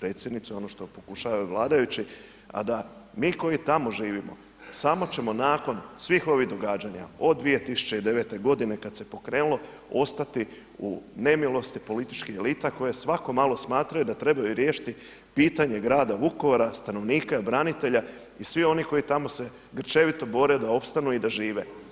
predsjednice ono što pokušavaju vladajući, a da mi koji tamo živimo samo ćemo nakon svih ovih događanja od 2009. godine kad se pokrenulo ostati u nemilosti političkih elita koje svako malo smatraju da trebaju riješiti pitanje grada Vukovara, stanovnika, branitelja i svih onih koji tamo se grčevito bore da tamo opstanu i da žive.